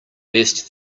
best